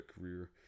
career